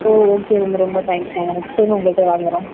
ஓ okay ma'am ரொம்ப thanks ma'am next டைமும் உங்கள்கிட்டயே வாங்குகிறோம்